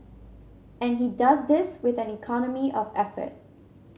and he does this with an economy of effort